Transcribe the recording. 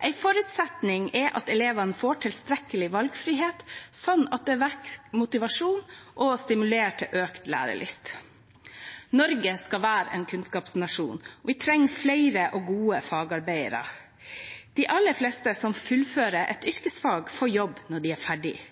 En forutsetning er at elevene får tilstrekkelig valgfrihet, slik at det vekker motivasjonen og stimulerer til økt lærelyst. Norge skal være en kunnskapsnasjon, og vi trenger flere og gode fagarbeidere. De aller fleste som fullfører et yrkesfag, får jobb når de er